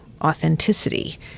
authenticity